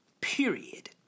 Period